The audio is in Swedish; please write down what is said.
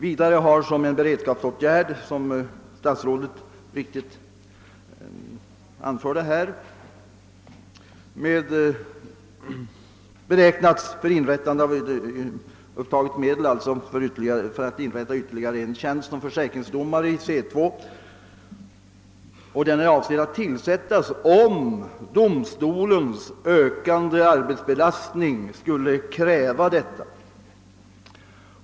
Vidare har, som statsrådet framhöll, medel upptagits för att inrätta ytterligare en tjänst som försäkringsdomare i C 2, vilken enligt svaret »är avsedd att tillsättas om försäkringsdomstolens arbetsbelastning skulle kräva detta».